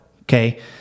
okay